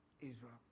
Israel